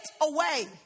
away